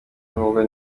ngombwa